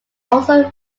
also